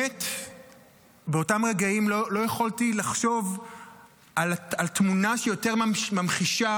ובאותם רגעים באמת לא יכולתי לחשוב על תמונה שיותר ממחישה